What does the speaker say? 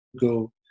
go